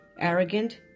arrogant